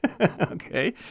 Okay